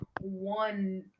one